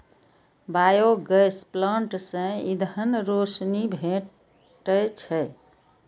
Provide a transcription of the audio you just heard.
biogas plant सं ईंधन, रोशनी भेटै छै